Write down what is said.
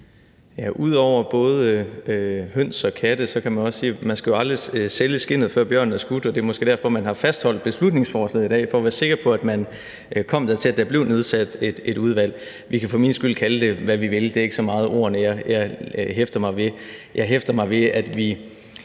om både høns og katte kan man også sige, at man jo aldrig skal sælge skindet, før bjørnen er skudt, og det er måske derfor, man har fastholdt beslutningsforslaget i dag, altså for at være sikker på, at man kom dertil, at der blev nedsat et udvalg. Vi kan for min skyld kalde det, hvad vi vil, det er ikke så meget ordene, jeg hæfter mig ved.